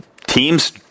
teams